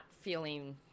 feeling